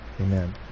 Amen